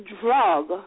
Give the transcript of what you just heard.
drug